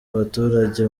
abaturage